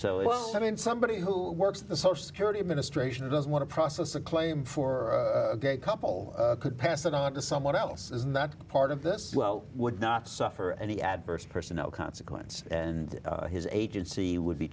so i mean somebody who works at the social security administration doesn't want to process a claim for a couple could pass it on to someone else is not part of this well would not suffer any adverse person no consequence and his agency would be